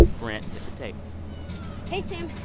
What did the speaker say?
brent, hit the tape hey, sam.